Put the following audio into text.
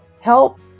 help